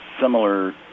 similar